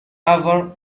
over